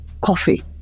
coffee